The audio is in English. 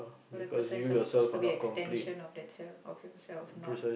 what happens is supposed to be extension of that self of yourself not